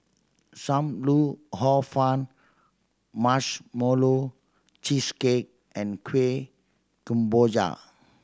Sam Lau Hor Fun Marshmallow Cheesecake and Kueh Kemboja